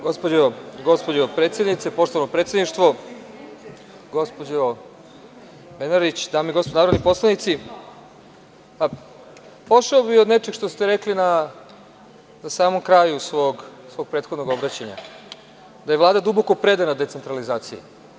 Gospođo predsednice, poštovano predsedništvo, gospođo Brnabić, dame i gospodo narodni poslanici, pošao bih od nečeg što ste rekli na samom kraju svog prethodnog obraćanja, da je Vlada duboko predana decentralizaciji.